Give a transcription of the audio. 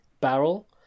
barrel